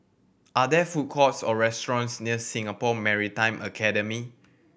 are there food courts or restaurants near Singapore Maritime Academy